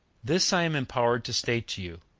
this i am empowered to state to you,